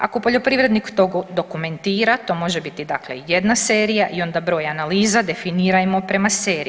Ako poljoprivrednik to dokumentira to može biti dakle jedna serija i onda broj analiza definirajmo prema seriji.